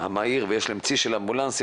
המהיר ויש להם צי של אמבולנסים,